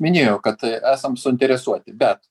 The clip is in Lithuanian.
minėjau kad esam suinteresuoti bet